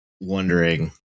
wondering